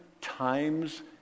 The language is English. times